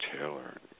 Taylor